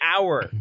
hour